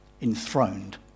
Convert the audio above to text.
enthroned